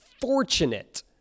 fortunate